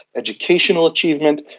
educational achievement.